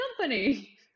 company